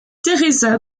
teresa